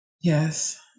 Yes